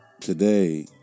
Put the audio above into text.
today